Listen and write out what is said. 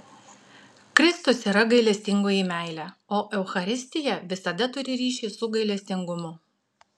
kristus yra gailestingoji meilė o eucharistija visada turi ryšį su gailestingumu